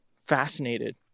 fascinated